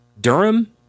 Durham